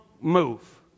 move